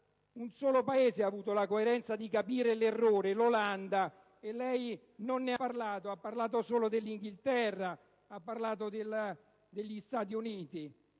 Un solo Paese ha avuto la coerenza di capire l'errore, l'Olanda, ma lei non ne ha parlato. Ha parlato solo dell'Inghilterra e degli Stati Uniti.